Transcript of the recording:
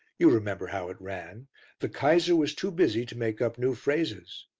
you remember how it ran the kaiser was too busy to make up new phrases.